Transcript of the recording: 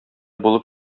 булып